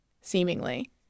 seemingly